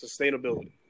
sustainability